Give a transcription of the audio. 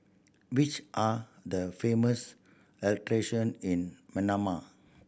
which are the famous attraction in Manama